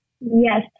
Yes